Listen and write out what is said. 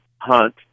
Hunt